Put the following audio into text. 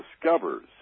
discovers